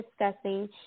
discussing